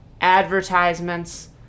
advertisements